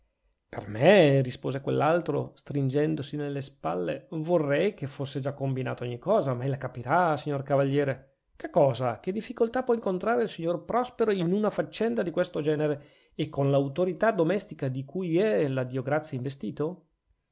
per me rispose quell'altro stringendosi nelle spalle vorrei che fosse già combinata ogni cosa ma ella capirà signor cavaliere che cosa che difficoltà può incontrare il signor prospero in una faccenda di questo genere e con l'autorità domestica di cui è la dio grazia investito